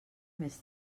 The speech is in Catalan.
més